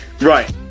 Right